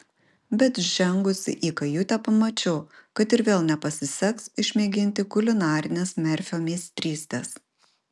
bet žengusi į kajutę pamačiau kad ir vėl nepasiseks išmėginti kulinarinės merfio meistrystės